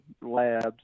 labs